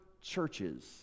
churches